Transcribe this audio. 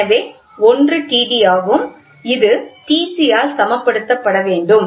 எனவே ஒன்று Td ஆகும் இது Tc ஆல் சமப்படுத்தப்பட வேண்டும்